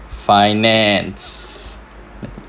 finance